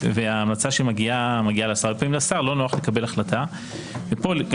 וההמלצה שמגיעה מגיעה לשר והרבה פעמים לשר לא נוח לקבל החלטה ופה גם